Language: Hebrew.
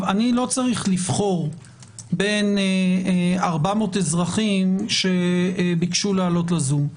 אני לא צריך לבחור בין 400 אזרחים שביקשו לעלות לזום.